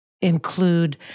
include